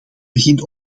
begint